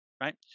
right